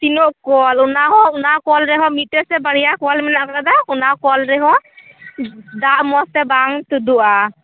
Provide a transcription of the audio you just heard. ᱛᱤᱱᱟᱹᱜ ᱠᱚᱞ ᱚᱱᱟᱦᱚ ᱚᱱᱟ ᱠᱚᱞ ᱨᱮᱦᱚ ᱢᱤᱫᱴᱮᱱ ᱥᱮ ᱵᱟᱨᱮᱭᱟ ᱠᱚᱞ ᱢᱮᱱᱟᱜ ᱠᱟᱫᱟ ᱚᱱᱟ ᱠᱚᱞ ᱨᱮᱦᱚ ᱫᱟᱜ ᱢᱚᱡᱽᱛᱮ ᱵᱟᱝ ᱛᱩᱫᱩᱜᱼᱟ